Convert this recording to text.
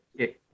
okay